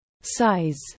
Size